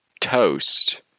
toast